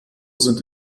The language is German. sind